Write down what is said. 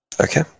Okay